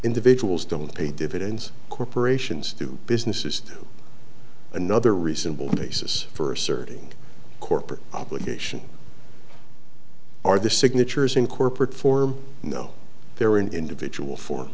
individuals don't pay dividends corporations do business is another reasonable basis for asserting corporate obligations are the signatures in corporate form no they're an individual for